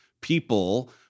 people